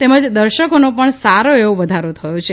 તેમજ દર્શકોનો પણ સારો એવો વધારો થયો છે